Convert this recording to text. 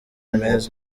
meza